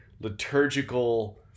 liturgical